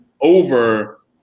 over